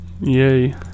Yay